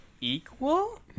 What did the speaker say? equal